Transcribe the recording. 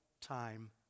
time